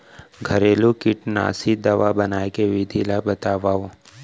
घरेलू कीटनाशी दवा बनाए के विधि ला बतावव?